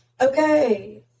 Okay